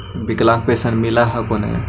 विकलांग पेन्शन मिल हको ने?